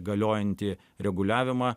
galiojantį reguliavimą